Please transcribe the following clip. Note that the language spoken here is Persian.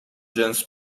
جنس